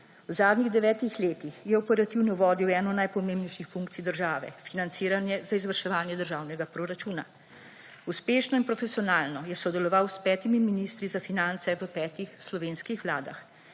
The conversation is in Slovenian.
V zadnjih devetih letih je operativno vodil eno najpomembnejših funkcij države ‒ financiranje za izvrševanje državnega proračuna. Uspešno in profesionalno je sodeloval s petimi ministri za finance v petih slovenskih vladah